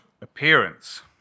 appearance